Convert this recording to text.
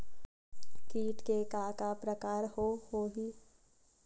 कीट के का का प्रकार हो होही?